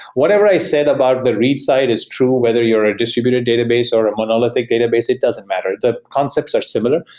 whatever i said about the read side is true whether you're a distributed database or a monolithic database. it doesn't matter. the concepts are similar.